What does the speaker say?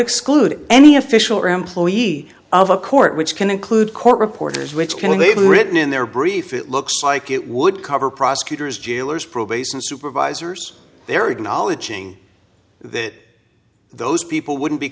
exclude any official or employee of a court which can include court reporters which can they've written in their brief it looks like it would cover prosecutors jailors probation supervisors they're acknowledging that those people wouldn't be